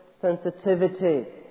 sensitivity